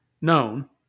known